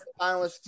finalists